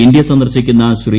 India സന്ദർശിക്കുന്ന ശ്രീ